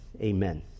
Amen